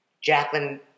Jacqueline